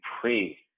pray